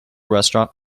restaurant